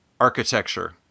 architecture